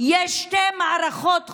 יש שתי מערכות חוק,